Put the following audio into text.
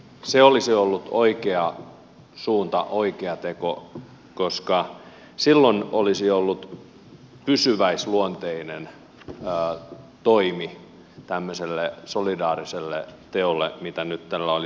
se olisi ollut oikea suunta oikea teko koska silloin olisi ollut pysyväisluonteinen toimi tämmöiselle solidaariselle teolle mitä nyt tällä oli tarkoitus tehdä